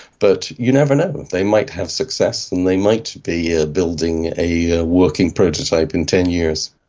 but you never know, they might have success and they might be ah building a working prototype in ten years.